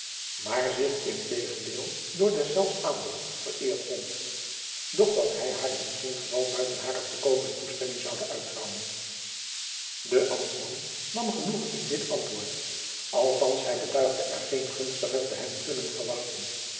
maar zich in tegendeel door deszelfs aanbod vereerd vond doch dat hij haar in geen geval buiten hare volkomene toestemming zoude uittrouwen de ambtman nam genoegen in dit antwoord althands hij betuigde er geen gunstiger te hebben kunnen verwachten